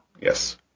Yes